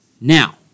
Now